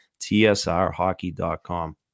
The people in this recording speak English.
tsrhockey.com